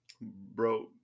Bro